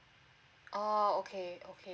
oh okay okay